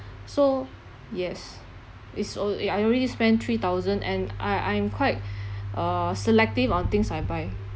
so yes is all e~ I already spend three thousand and I I'm quite uh selective on things I buy